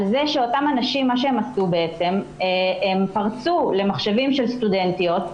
אותם אנשים פרצו למחשבים של סטודנטיות,